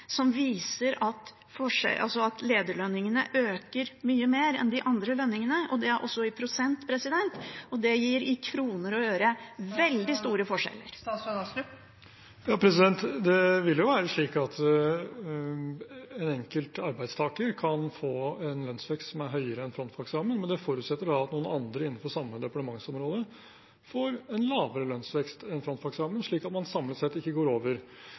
viser at lederlønningene øker mye mer enn de andre lønningene – også i prosent. Det gir i kroner og øre veldig store forskjeller. Det vil være slik at en enkelt arbeidstaker kan få en lønnsvekst som er høyere enn frontfagsrammen, men det forutsetter da at noen andre innenfor samme departementsområde får en lavere lønnsvekst enn frontfagsrammen, slik at man samlet sett ikke går over.